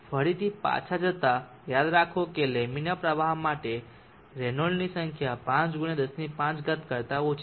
ફરીથી પાછા જતા યાદ રાખો કે લેમિનર પ્રવાહ માટે રેનોલ્ડ્સ સંખ્યા 5 × 105 કરતા ઓછી છે